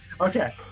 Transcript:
Okay